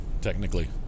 technically